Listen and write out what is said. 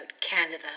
Canada